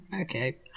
okay